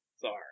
Sorry